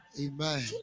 amen